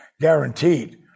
guaranteed